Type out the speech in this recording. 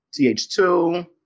TH2